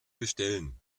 bestellen